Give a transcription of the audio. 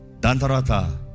dantarata